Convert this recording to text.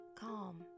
Calm